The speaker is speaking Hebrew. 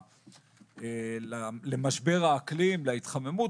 למשבר האקלים ולהתחממות.